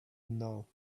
now